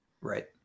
Right